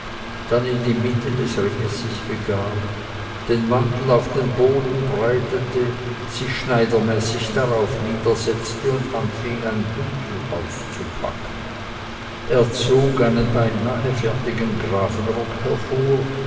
dann in die mitte des ringes sich begab den mantel auf den boden breitete sich schneidermäßig darauf niedersetzte und anfing ein bündel auszupacken er zog einen beinahe fertigen grafenrock hervor